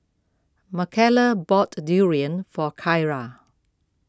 Makayla bought Durian for Kyra